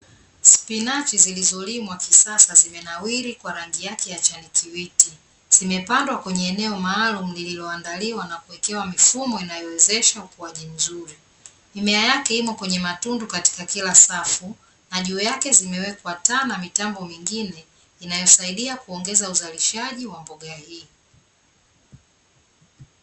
Spinachi zilizolimwa kisasa zimenawiri kwa rangi yake ya chanikiwiti. Zimepandwa kwenye eneo maalumu lililoandaliwa na kuwekewa mifumo inayowezesha ukuaji mzuri. Mimea yake imo kwenye matundu katika kila safu na juu yake zimewekwa taa na mitambo mingine inayosaidia kuongeza uzalishaji wa mboga hii.